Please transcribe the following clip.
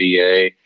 VA